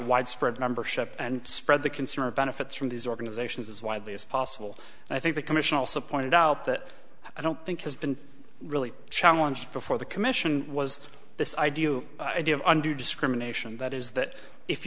widespread membership and spread the consumer benefits from these organizations as widely as possible and i think the commission also pointed out that i don't think has been really challenge before the commission was this i do i do have under discrimination that is that if